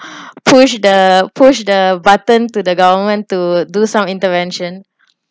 push the push the button to the government to do some intervention